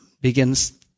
begins